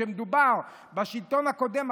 כשמדובר בשלטון הקודם,